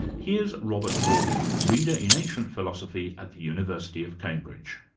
here's robert wardy, reader in ancient philosophy at the university of cambridge.